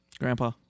Grandpa